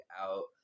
out